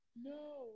No